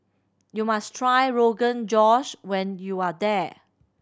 you must try Rogan Josh when you are here